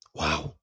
Wow